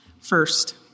First